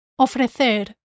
Ofrecer